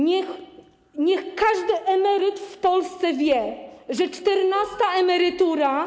Niech każdy emeryt w Polsce wie, że czternasta emerytura.